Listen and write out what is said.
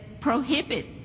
prohibit